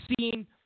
seen